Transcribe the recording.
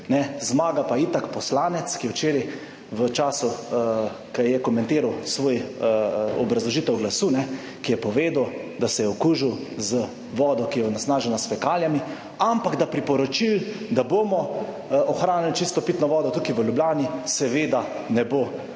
Zmaga pa itak poslanec, ki je včeraj v času, ko je komentiral svoj obrazložitev glasu, ki je povedal, da se je okužil z vodo, ki je onesnažena s fekalijami, ampak da priporočil, da bomo ohranili čisto pitno vodo tukaj v Ljubljani seveda ne bo podprl.